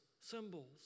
symbols